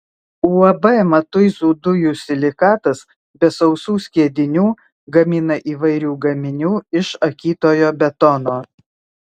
uab matuizų dujų silikatas be sausų skiedinių gamina įvairių gaminių iš akytojo betono